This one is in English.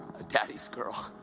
a daddy's girl.